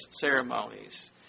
ceremonies